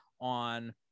on